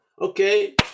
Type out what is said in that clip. Okay